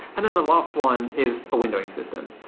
and then the last one is a windowing system.